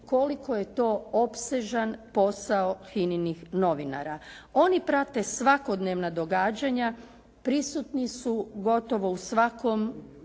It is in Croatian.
koliko je to opsežan posao HINA-inih novinara. Oni prate svakodnevna događanja, prisutni su gotovo u svakom